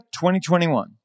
2021